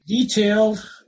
detailed